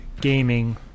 gaming